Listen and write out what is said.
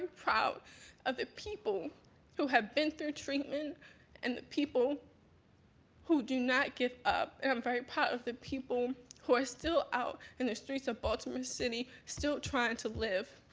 um proud of the people who have been through treatment and the people who do not give up, and i'm very proud of the people who are still out in the streets of baltimore city, still trying to live,